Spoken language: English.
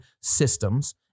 systems